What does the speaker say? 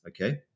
Okay